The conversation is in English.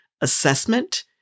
assessment